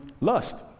lust